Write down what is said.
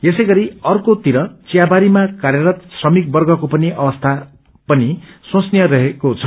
यसैगरी अर्कोतर्फ चियावारीमा कार्यरत श्रमिकवर्गको पनि अवस्था पनि शोचनीय रहेको छ